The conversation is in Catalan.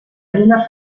lluna